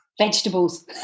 Vegetables